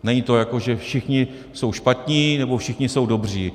Není to jako že všichni jsou špatní nebo všichni jsou dobří.